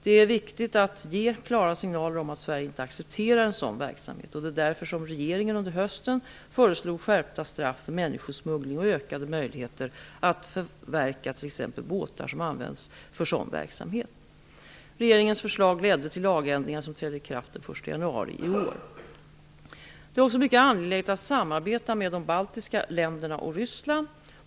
Det är viktigt att ge klara signaler om att Sverige inte accepterar sådan verksamhet. Det är därför som regeringen under hösten föreslog skärpta straff för människosmuggling och ökade möjligheter att förverka t.ex. båtar som används för sådan verksamhet. Regeringens förslag ledde till lagändringar som trädde i kraft den 1 januari i år. Det är också mycket angeläget att samarbeta med de baltiska länderna och Ryssland.